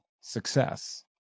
success